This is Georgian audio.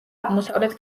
აღმოსავლეთ